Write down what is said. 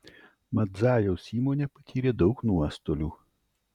madzajaus įmonė patyrė daug nuostolių